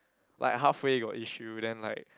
like halfway got issue then like